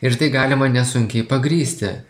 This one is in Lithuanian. ir tai galima nesunkiai pagrįsti